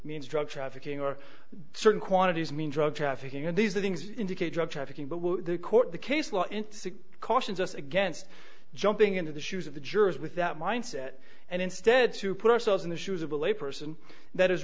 means drug trafficking or certain quantities mean drug trafficking and these things indicate drug trafficking but the court the case law in cautions us against jumping into the shoes of the jurors with that mindset and instead to put ourselves in the shoes of a lay person that is